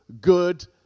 good